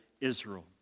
Israel